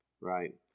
right